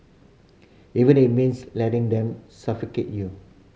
even it means letting them suffocate you